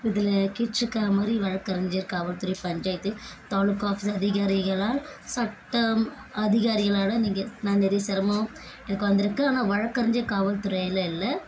இதில் கேட்டிருக்க மாதிரி வழக்கறிஞர் காவல்துறை பஞ்சாயத்து தாலுக்கா ஆஃபீஸ் அதிகாரிகளால் சட்டம் அதிகாரிகளோட நீங்கள் நான் நிறைய சிரமம் எனக்கு வந்திருக்கு ஆனால் வழக்கறிஞர் காவல்துறையில் இல்லை